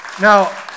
Now